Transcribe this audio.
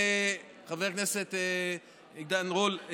חבר הכנסת עידן רול,